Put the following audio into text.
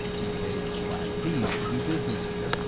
he pays flat fees to do business here,